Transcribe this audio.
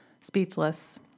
speechless